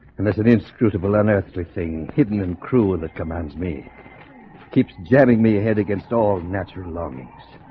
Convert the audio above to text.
and there's an inscrutable unearthly thing hidden and cruel that commands me keeps jamming me ahead against all natural longings